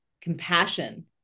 compassion